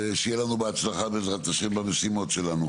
ושיהיה לנו בהצלחה בעזרת השם במשימות שלנו.